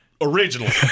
originally